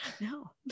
No